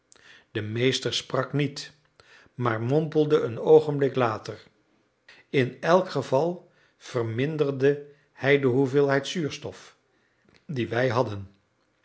de meester sprak niet maar mompelde een oogenblik later in elk geval verminderde hij de hoeveelheid zuurstof die wij hadden